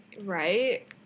Right